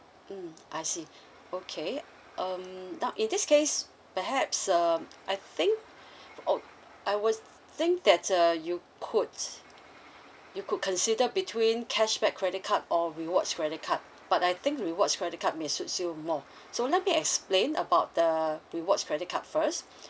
mm I see okay um now in this case perhaps um I think oh I will think that uh you could you could consider between cashback credit card or rewards credit card but I think rewards credit card may suits you more so let me explain about the rewards credit card first